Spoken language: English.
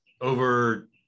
over